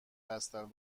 هستن